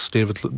David